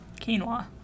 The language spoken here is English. Quinoa